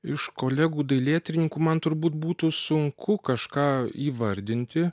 iš kolegų dailėtyrininkų man turbūt būtų sunku kažką įvardinti